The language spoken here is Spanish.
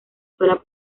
sola